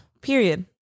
Period